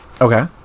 Okay